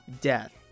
death